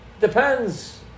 Depends